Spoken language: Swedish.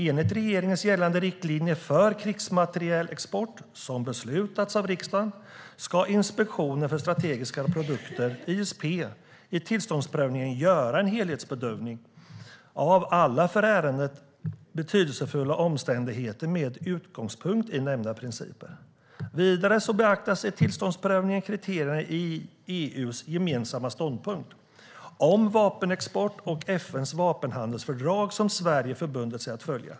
Enligt regeringens gällande riktlinjer för krigsmaterielexport, som beslutats av riksdagen, ska Inspektionen för strategiska produkter i tillståndsprövningen göra en helhetsbedömning av alla för ärendet betydelsefulla omständigheter med utgångspunkt i nämnda principer. Vidare beaktas i tillståndsprövningen kriterierna i EU:s gemensamma ståndpunkt om vapenexport och FN:s vapenhandelsfördrag som Sverige förbundit sig att följa.